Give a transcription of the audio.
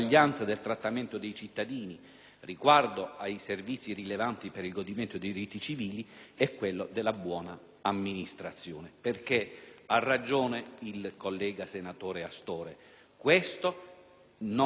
riguardo ai servizi rilevanti per il godimento dei diritti civili e quello della buona amministrazione. Ha ragione, infatti, il collega senatore Astore: questo non può che essere considerato